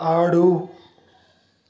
ఆడు